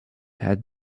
had